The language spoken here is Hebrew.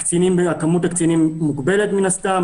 כמות הקצינים מוגבלת מן הסתם,